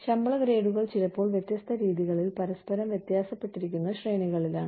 ശമ്പള ഗ്രേഡുകൾ ചിലപ്പോൾ വ്യത്യസ്ത രീതികളിൽ പരസ്പരം വ്യത്യാസപ്പെട്ടിരിക്കുന്ന ശ്രേണികളിലാണ്